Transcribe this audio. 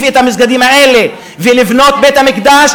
את המסגדים האלה ולבנות את בית-המקדש,